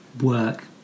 work